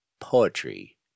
Poetry